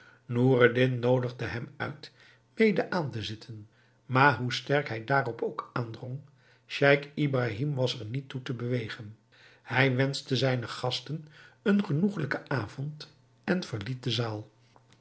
noureddin noodigde hem uit mede aan te zitten maar hoe sterk hij daarop ook aandrong scheich ibrahim was er niet toe te bewegen hij wenschte zijnen gasten een genoegelijken avond en verliet de zaal